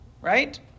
right